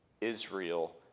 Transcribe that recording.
Israel